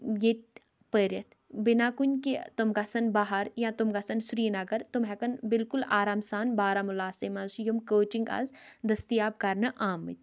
ییٚتہِ پٔرِتھ بِنا کُنہِ کہِ تِم گژھن بہار یا تٔمۍ گژھن سری نگر تِم ہٮ۪کن بالکُل آرام سان بارہمولاسے منٛز چھِ یِم کوچِنگ آز دٔستِیاب کرنہٕ آمٕتۍ